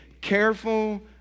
careful